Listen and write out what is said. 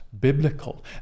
biblical